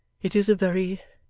it is a very,